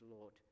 Lord